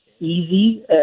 easy